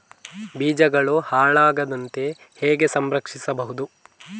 ಬೀಜಗಳು ಹಾಳಾಗದಂತೆ ಹೇಗೆ ಸಂರಕ್ಷಿಸಬಹುದು?